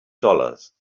dollars